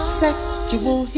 sexual